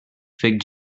fig